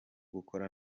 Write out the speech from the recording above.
gukora